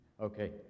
Okay